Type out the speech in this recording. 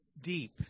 deep